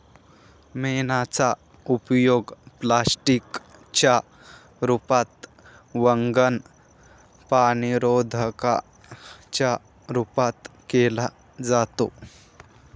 मेणाचा उपयोग प्लास्टिक च्या रूपात, वंगण, पाणीरोधका च्या रूपात केला जातो